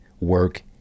work